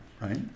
right